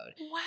Wow